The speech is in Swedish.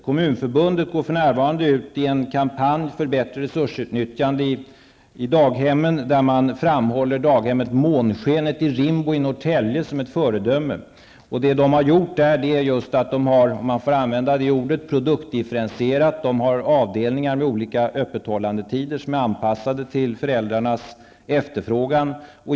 Kommunförbundet går för närvarande ut med en kampanj för ett bättre resursutnyttjande i fråga om daghemmen. Man framhåller daghemmet Månskenet i Rimbo i Norrtälje kommun som ett föredöme. Där har man -- om det ordet nu får användas -- produktdifferentierat. Man har alltså avdelningar med olika öppethållandetider, vilka är anpassade till föräldrarnas efterfrågan.